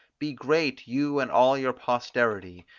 be great you and all your posterity,